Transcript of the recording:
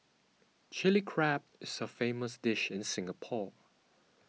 Chilli Crab is a famous dish in Singapore